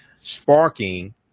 sparking